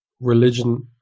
religion